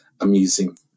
Amusing